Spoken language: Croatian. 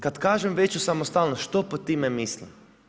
Kad kažem veću samostalnost, što pod time mislim?